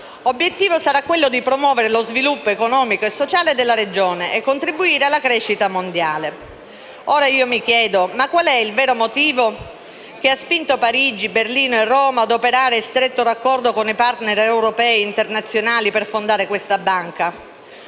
L'obiettivo sarà promuovere lo sviluppo economico e sociale nella regione e contribuire alla crescita mondiale. Ora io mi chiedo qual è il vero motivo che ha spinto Parigi, Berlino e Roma a operare in stretto raccordo con i *partner* europei e internazionali per fondare questa banca.